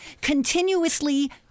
continuously